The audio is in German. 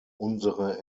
unsere